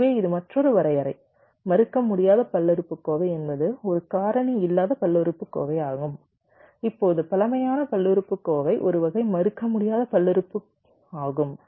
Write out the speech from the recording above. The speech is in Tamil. எனவே இது மற்றொரு வரையறை மறுக்கமுடியாத பல்லுறுப்புக்கோவை என்பது ஒரு காரணி இல்லாத பல்லுறுப்புக்கோவையாகும் இப்போது பழமையான பல்லுறுப்புக்கோவை ஒரு வகை மறுக்க முடியாத பல்லுறுப்புறுப்பு ஆகும்